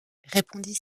répondit